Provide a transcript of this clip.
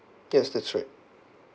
yes that's right